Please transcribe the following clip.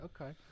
okay